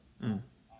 mm